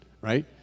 right